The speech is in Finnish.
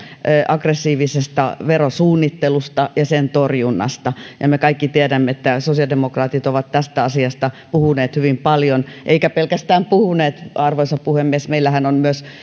aggressiivisesta verosuunnittelusta ja sen torjunnasta me kaikki tiedämme että sosiaalidemokraatit ovat tästä asiasta puhuneet hyvin paljon eivätkä pelkästään puhuneet arvoisa puhemies meillähän on myös